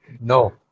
No